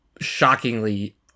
shockingly